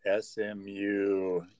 SMU